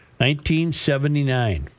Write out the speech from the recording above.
1979